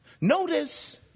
Notice